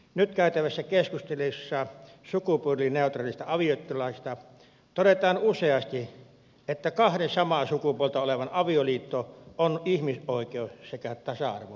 nyt käytävässä keskustelussa sukupuolineutraalista avioliittolaista todetaan useasti että kahden samaa sukupuolta olevan avioliitto on ihmisoikeus sekä tasa arvokysymys